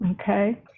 Okay